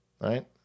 Right